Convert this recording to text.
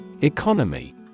Economy